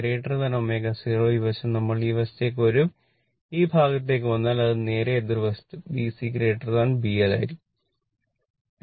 ω ω0 ഈ വശം ഇപ്പോൾ ഈ വശത്തേക്ക് വരും ഈ ഭാഗത്തേക്ക് വന്നാൽ അത് നേരെ എതിർവശത്ത് B C B L ആയിരിക്കും